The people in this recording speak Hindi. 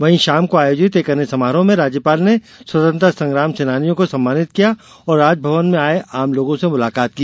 वहीं शाम को आयोजित एक अन्य समारोह में राज्यपाल ने स्वतंत्रता सेनानियों को सम्मानित किया और राजभवन में आये आमलोगों से मुलाकात की